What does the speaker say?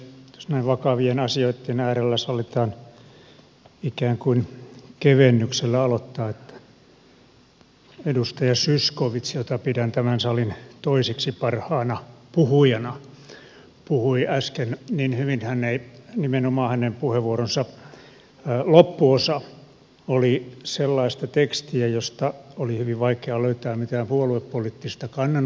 jos näin vakavien asioitten äärellä sallitaan ikään kuin kevennyksellä aloittaa niin edustaja zyskowicz jota pidän tämän salin toiseksi parhaana puhujana puhui äsken niin hyvin nimenomaan hänen puheenvuoronsa loppuosa oli sellaista tekstiä että siitä oli hyvin vaikea löytää mitään puoluepoliittista kannanottoa